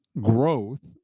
growth